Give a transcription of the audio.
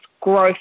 growth